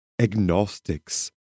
agnostics